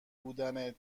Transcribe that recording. بودن